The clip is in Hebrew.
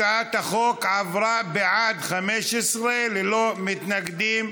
הצעת החוק עברה: בעד, 15, ללא מתנגדים,